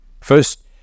First